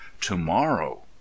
to-morrow